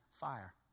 fire